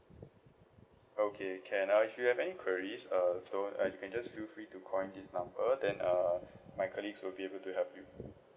okay can uh if you have any queries uh don't uh you can just feel free to call in this number then uh my colleagues will be able to help you